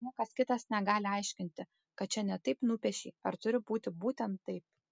niekas kitas negali aiškinti kad čia ne taip nupiešei ar turi būti būtent taip